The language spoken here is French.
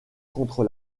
contre